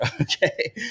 Okay